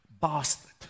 bastard